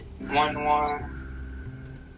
one-one